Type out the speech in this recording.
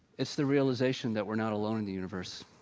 it's the realization that we're not alone in the universe,